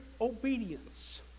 obedience